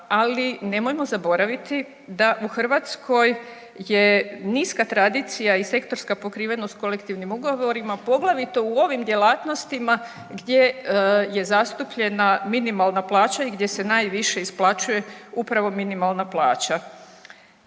ali nemojmo zaboraviti da u Hrvatskoj je niska tradicija i sektorska pokrivenost kolektivnim ugovorima poglavito u ovim djelatnostima gdje je zastupljena minimalna plaća i gdje se najviše isplaćuje upravo minimalna plaća.